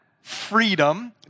freedom